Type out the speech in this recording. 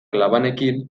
labanekin